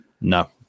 No